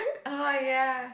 oh ya